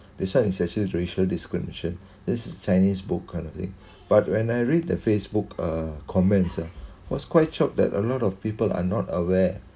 this [one] is actually racial discrimination this is chinese book kind of thing but when I read the Facebook uh comments was quite shock that a lot of people are not aware